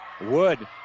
Wood